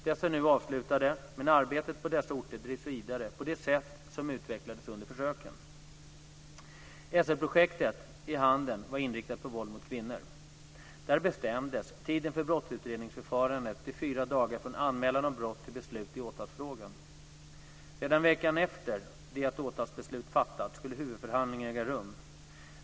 Dessa är nu avslutade, men arbetet på dessa orter drivs vidare på det sätt som utvecklades under försöken. SL-projektet i Handen var inriktat på våld mot kvinnor. Där bestämdes tiden för brottsutredningsförfarandet till fyra dagar från anmälan om brott till beslut i åtalsfrågan. Redan veckan efter det att åtalsbeslut fattats skulle huvudförhandling äga rum.